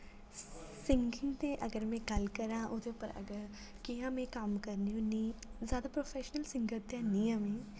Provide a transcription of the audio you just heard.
singing दी अगर में गल्ल करा ओह्दे उप्पर अगर कियां में कम्म करनी होन्नी जैदा प्रोफेशनल सिंगर तां हैनी आं में